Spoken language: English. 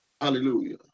Hallelujah